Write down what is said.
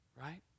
Right